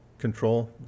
Control